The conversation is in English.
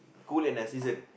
cool in their season